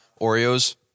Oreos